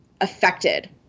affected